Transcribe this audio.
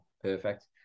perfect